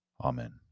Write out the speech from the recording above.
Amen